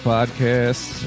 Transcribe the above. Podcast